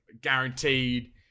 guaranteed